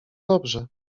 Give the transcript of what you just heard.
dobrze